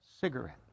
cigarette